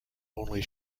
only